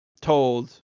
told